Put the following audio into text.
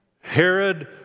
Herod